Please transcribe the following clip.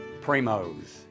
Primo's